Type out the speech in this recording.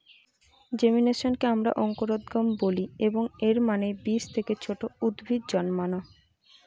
জেমিনেশনকে আমরা অঙ্কুরোদ্গম বলি, এবং এর মানে বীজ থেকে ছোট উদ্ভিদ জন্মানো